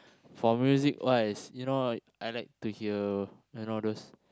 for music wise you know I like to hear you know those